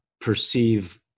perceive